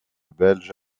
belge